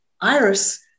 Iris